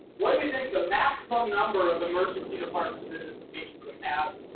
what do you think the maximum number of emergency department visits a patient would have?